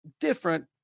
different